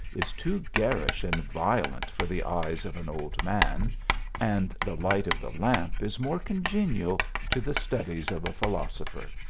is too garish and violent for the eyes of an old man and the light of the lamp is more congenial to the studies of a philosopher.